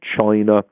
China